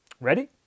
Ready